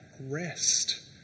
rest